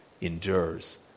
endures